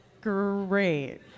Great